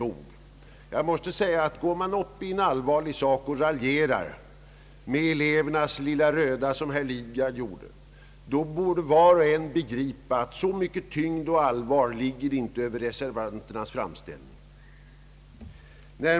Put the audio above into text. Om man som han i en allvarlig fråga som denna raljerar med elevernas »lilla röda» borde var och en förstå att det inte finns särskilt mycket tyngd och allvar i reservanternas framställning.